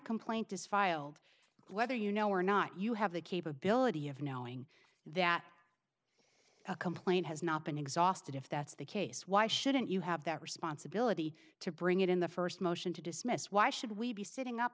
complaint is filed whether you know or not you have the capability of knowing that a complaint has not been exhausted if that's the case why shouldn't you have that responsibility to bring it in the first motion to dismiss why should we be sitting up